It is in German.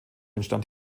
entstand